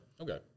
Okay